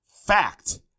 Fact